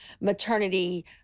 maternity